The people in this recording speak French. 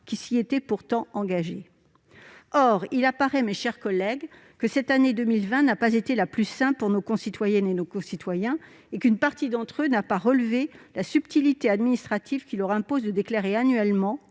qui s'y était pourtant engagé. Or, vous le savez, mes chers collègues, cette année 2020 n'a pas été la plus simple pour nos concitoyennes et nos concitoyens : une partie d'entre eux n'a pas relevé la subtilité administrative qui leur impose de déclarer annuellement